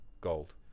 gold